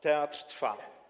Teatr trwa.